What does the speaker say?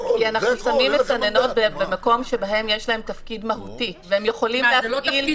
כי אנחנו שמים מסננות במקום שבו יש להם תפקיד מהותי והם יכולים להפעיל